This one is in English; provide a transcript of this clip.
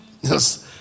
Yes